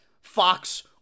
Fox